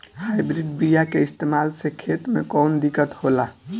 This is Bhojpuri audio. हाइब्रिड बीया के इस्तेमाल से खेत में कौन दिकत होलाऽ?